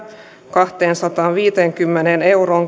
kahteensataanviiteenkymmeneen